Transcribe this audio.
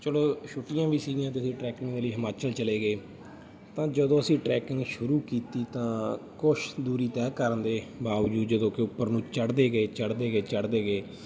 ਚਲੋ ਛੁੱਟੀਆਂ ਵੀ ਸੀਗੀਆਂ ਅਤੇ ਅਸੀਂ ਟਰੈਕਿੰਗ ਦੇ ਲਈ ਹਿਮਾਚਲ ਚਲੇ ਗਏ ਤਾਂ ਜਦੋਂ ਅਸੀਂ ਟਰੈਕਿੰਗ ਸ਼ੁਰੂ ਕੀਤੀ ਤਾਂ ਕੁਛ ਦੂਰੀ ਤੈਅ ਕਰਨ ਦੇ ਬਾਵਜੂਦ ਜਦੋਂ ਕਿ ਉੱਪਰ ਨੂੰ ਚੜ੍ਹਦੇ ਗਏ ਚੜ੍ਹਦੇ ਗਏ ਚੜ੍ਹਦੇ ਗਏ